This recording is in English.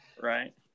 Right